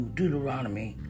Deuteronomy